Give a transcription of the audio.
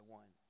one